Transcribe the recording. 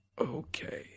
Okay